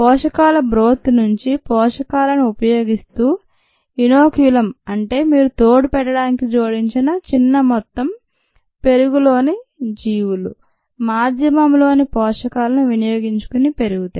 పోషకాల బ్రోత్ నుండి పోషకాలని ఉపయోగిస్తూ ఇనోక్యులమ్ అంటే మీరు తోడుపెట్టడానికి జోడించిన చిన్న మొత్తం పెరుగులోని జీవులు మాధ్యమంలోని పోషకాలను వినియోగించుకొని పెరుగుతాయి